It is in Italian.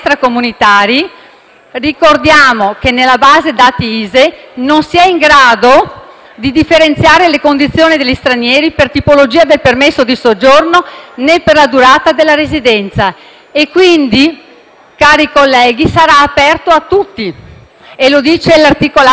che nella base dati ISEE non si è in grado di differenziare le condizioni degli stranieri per la tipologia del permesso di soggiorno, né per la durata della residenza. Quindi, cari colleghi, il reddito sarà aperto a tutti e lo dice l'articolato della legge.